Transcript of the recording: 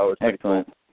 Excellent